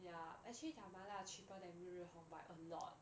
ya actually their 麻辣 cheaper than 日日红 by a lot